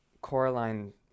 Coraline